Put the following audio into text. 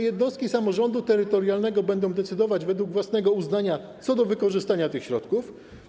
Jednostki samorządu terytorialnego będą decydować według własnego uznania o wykorzystaniu tych środków.